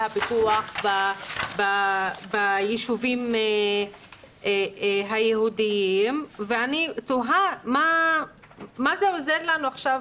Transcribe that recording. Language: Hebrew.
הפיקוח ביישובים היהודיים ואני תוהה מה זה עוזר לנו עכשיו